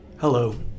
Hello